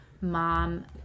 Mom